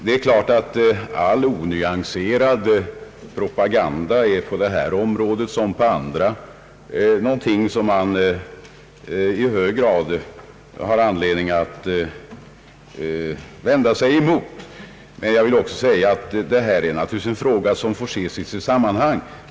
Det är klart att all onyanserad propaganda är något som man i hög grad har anledning att vända sig mot på detta område som på andra områden, men jag vill också säga att den nu aktuella frågan naturligtvis får ses i sitt sammanhang.